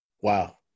Wow